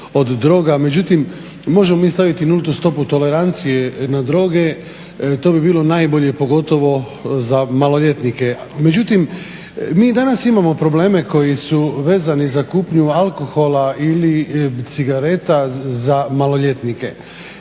međutim možemo mi staviti nultu stopu tolerancije na droge, to bi bilo najbolje pogotovo za maloljetnike. Međutim, mi danas imamo probleme koji su vezani za kupnju alkohola ili cigareta za maloljetnike.